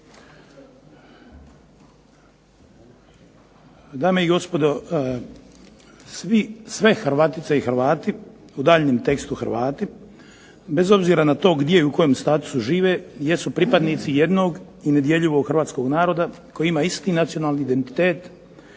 Dame i gospodo, sve Hrvatice i Hrvati, u daljnjem tekstu Hrvati, bez obzira na to u kojem statusu žive i gdje su pripadnici jednog nedjeljivog Hrvatskog naroda koji ima isti nacionalni identitet